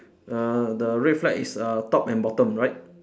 uh the red flag is uh top and bottom right